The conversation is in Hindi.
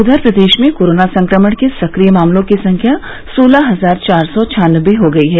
उधर प्रदेश में कोरोना संक्रमण के सक्रिय मामलों की संख्या सोलह हजार चार सौ छान्नबे हो गई है